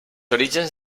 orígens